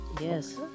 yes